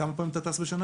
כמה פעמים אתה טס בשנה?